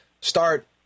start